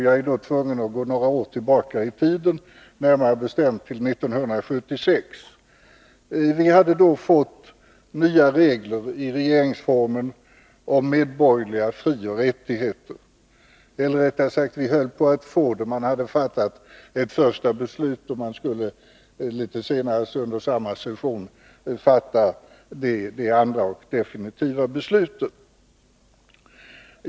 Jag är då tvungen att gå några år tillbaka i tiden, närmare bestämt till 1976. Vi hade då fått nya regler i regeringsformen om medborgerliga frioch rättigheter, eller rättare sagt: Vi höll på att få det — riksdagen hade fattat ett första beslut och skulle litet senare under samma session fatta det andra och definitiva beslutet.